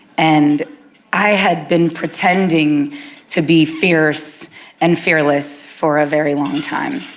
and i had been pretending to be fierce and fearless for a very long time.